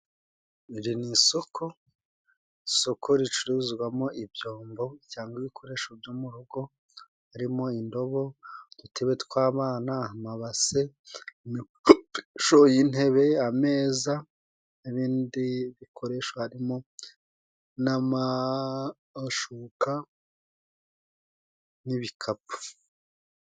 Iri ni isoko, isoko ricuruzwamo ibyombo cyangwa ibikoresho byo mu rugo, harimo: indobo, udutebe tw'abana, amabase, imikoropesho, intebe, ameza n'ibindi bikoresho harimo n'amashuka n'ibikapu.